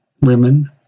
women